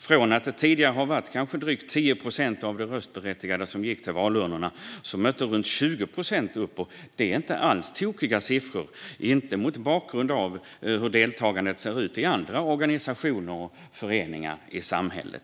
Från att det tidigare var kanske drygt 10 procent av de röstberättigade som gick till valurnorna mötte runt 20 procent upp. Det är inte alls tokiga siffror, mot bakgrund av hur deltagandet ser ut i andra organisationer och föreningar i samhället.